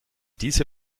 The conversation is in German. diese